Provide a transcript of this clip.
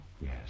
Yes